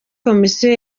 komisiyo